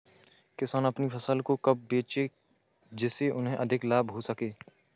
किसान अपनी फसल को कब बेचे जिसे उन्हें अधिक लाभ हो सके?